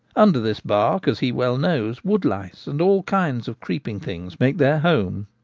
under this bark, as he well knows, woodlice and all kinds of creeping things make their home.